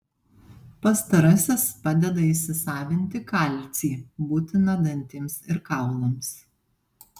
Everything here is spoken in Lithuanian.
pastarasis padeda įsisavinti kalcį būtiną dantims ir kaulams